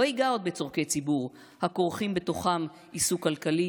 ייגע עוד בצורכי ציבור הכורכים בתוכם עיסוק כלכלי,